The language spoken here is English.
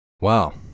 Wow